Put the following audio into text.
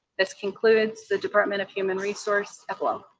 this concludes the department of human resource